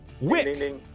Wick